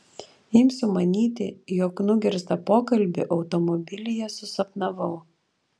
imsiu manyti jog nugirstą pokalbį automobilyje susapnavau